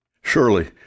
Surely